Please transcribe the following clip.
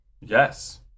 Yes